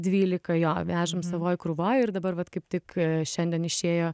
dvylika jo vežam savoj krūvoj ir dabar vat kaip tik šiandien išėjo